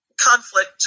conflict